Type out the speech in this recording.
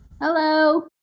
Hello